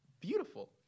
beautiful